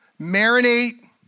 marinate